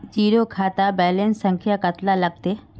Zero खाता balance संख्या कतला लगते?